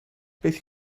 beth